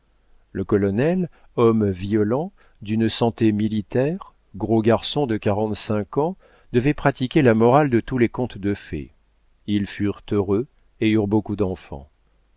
le colonel homme violent d'une santé militaire gros garçon de quarante-cinq ans devait pratiquer la morale de tous les contes de fées ils furent heureux et eurent beaucoup d'enfants